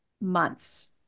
months